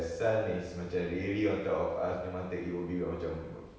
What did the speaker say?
sun is macam really on top of us memang take it will be like macam